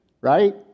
right